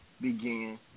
began